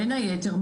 בין היתר,